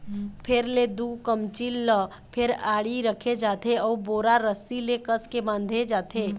फेर ले दू कमचील ल फेर आड़ी रखे जाथे अउ बोरा रस्सी ले कसके बांधे जाथे